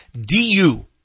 DU